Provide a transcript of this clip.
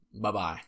Bye-bye